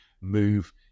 move